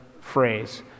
phrase